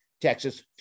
Texas